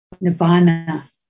nirvana